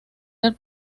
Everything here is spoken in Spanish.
del